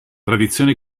tradizione